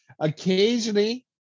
Occasionally